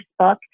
Facebook